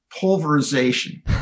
pulverization